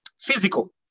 Physical